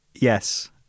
Yes